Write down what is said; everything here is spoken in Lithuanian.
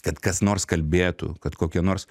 kad kas nors kalbėtų kad kokie nors